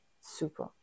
super